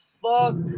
fuck